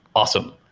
awesome.